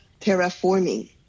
terraforming